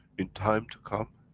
in time to come,